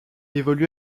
évolue